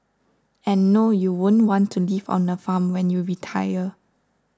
and no you won't want to live on a farm when you retire